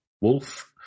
wolf